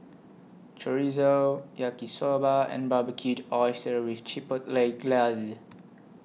Chorizo Yaki Soba and Barbecued Oysters with Chipotle Glaze